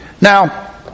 Now